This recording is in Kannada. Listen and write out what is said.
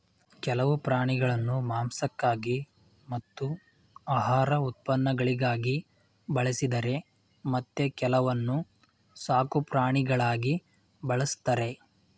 ಕೆಲವು ಪ್ರಾಣಿಗಳನ್ನು ಮಾಂಸಕ್ಕಾಗಿ ಮತ್ತು ಆಹಾರ ಉತ್ಪನ್ನಗಳಿಗಾಗಿ ಬಳಸಿದರೆ ಮತ್ತೆ ಕೆಲವನ್ನು ಸಾಕುಪ್ರಾಣಿಗಳಾಗಿ ಬಳ್ಸತ್ತರೆ